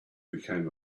became